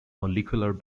molecular